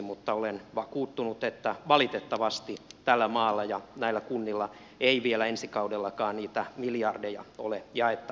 mutta olen vakuuttunut että valitettavasti tällä maalla ja näillä kunnilla ei vielä ensi kaudellakaan niitä miljardeja ole jaettavaksi